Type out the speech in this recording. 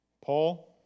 Paul